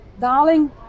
Darling